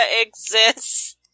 exists